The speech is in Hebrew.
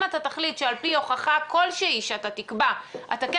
אם אתה תחליט שעל פי הוכחה כלשהי שאתה תקבע אתה כן